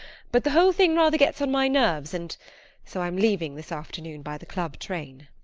but the whole thing rather gets on my nerves, and so i'm leaving this afternoon by the club train.